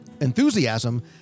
enthusiasm